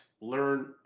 learn